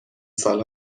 سال